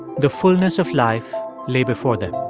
the fullness of life lay before them